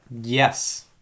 Yes